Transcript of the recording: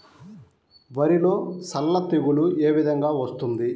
వరిలో సల్ల తెగులు ఏ విధంగా వస్తుంది?